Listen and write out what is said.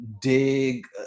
dig